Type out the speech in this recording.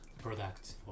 product